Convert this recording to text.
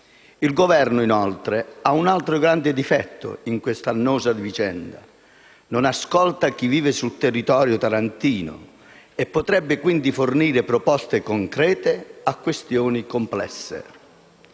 Il Governo, inoltre, ha un altro grande difetto in questa annosa vicenda: non ascolta chi vive sul territorio tarantino e potrebbe, quindi, fornire proposte concrete a questioni complesse.